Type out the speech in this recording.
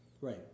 Right